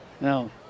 no